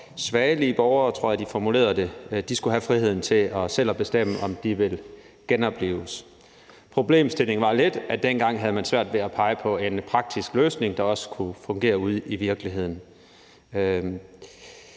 svagelige borgere – sådan tror jeg de formulerede det – skulle have friheden til selv at bestemme, om de ville genoplives. Problemstillingen var lidt, at dengang havde man svært ved at pege på en praktisk løsning, der også kunne fungere ude i virkeligheden.